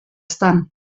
estan